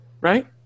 right